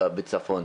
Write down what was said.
בצפון,